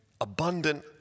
abundant